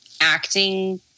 acting